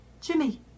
Jimmy